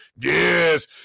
Yes